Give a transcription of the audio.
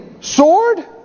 sword